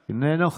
איננו.